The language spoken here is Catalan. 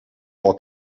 del